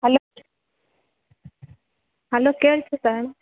hello hello ಕೇಳಿಸುತ್ತ